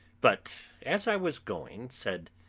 but as i was going said